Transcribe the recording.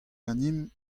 ganimp